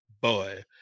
boy